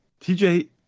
TJ